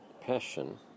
passion